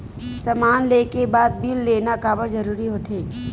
समान ले के बाद बिल लेना काबर जरूरी होथे?